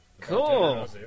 cool